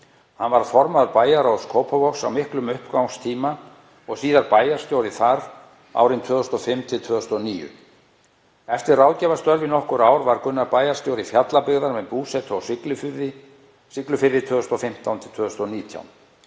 Hann varð formaður bæjarráðs Kópavogs á miklum uppgangstíma og síðar bæjarstjóri þar árin 2005–2009. Eftir ráðgjafarstörf í nokkur ár varð Gunnar bæjarstjóri Fjallabyggðar með búsetu á Siglufirði 2015–2019